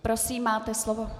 Prosím, máte slovo.